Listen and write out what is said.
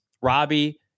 Robbie